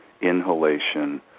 inhalation